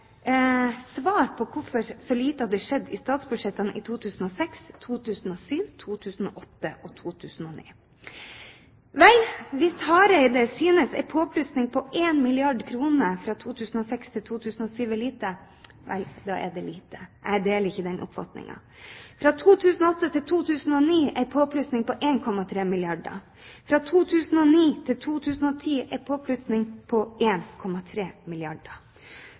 svar på hvorfor så lite hadde skjedd i statsbudsjettene i 2006, 2007, 2008 og 2009. Vel, hvis Hareide synes en påplussing på 1 milliard kr fra 2006 til 2007 er lite, deler ikke jeg den oppfatningen. Fra 2008 til 2009 var det en påplussing på 1,3 milliarder, fra 2009 til 2010 var det en påplussing på 1,3 milliarder. Totalt brukes det altså 4 milliarder